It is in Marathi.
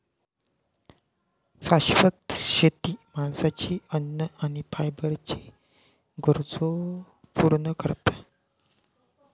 शाश्वत शेती माणसाची अन्न आणि फायबरच्ये गरजो पूर्ण करता